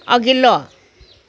अघिल्लो